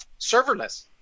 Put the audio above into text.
serverless